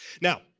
Now